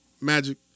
Magic